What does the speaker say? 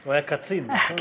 הוא היה קצין, נכון?